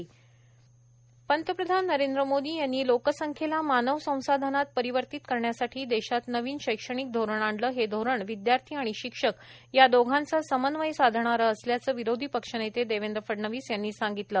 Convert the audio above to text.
देवेंद्र फडणवीस पंतप्रधान नरेंद्र मोदी यांनी लोकसंख्येला मानव संसाधनात परिवर्तित करण्यासाठी देशात नवीन शैक्षणिक धोरण आणलं हे धोरण विदयार्थी आणि शिक्षक या दोघांचा समन्वय साधणारे असल्याचे विरोधी पक्षनेते देवेंद्र फडणवीस यांनी सांगितले